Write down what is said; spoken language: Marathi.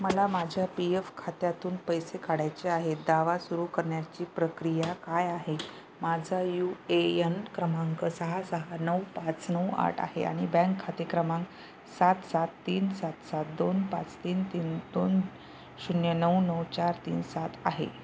मला माझ्या पी एफ खात्यातून पैसे काढायचे आहेत दावा सुरू करण्याची प्रक्रिया काय आहे माझा यू ए एन क्रमांक सहा सहा नऊ पाच नऊ आठ आहे आणि बँक खाते क्रमांक सात सात तीन सात सात दोन पाच तीन तीन दोन शून्य नऊ नऊ चार तीन सात आहे